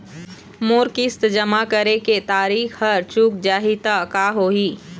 मोर किस्त जमा करे के तारीक हर चूक जाही ता का होही?